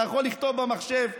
אתה יכול לכתוב במחשב,